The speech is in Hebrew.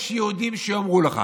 יש יהודים שיאמרו לך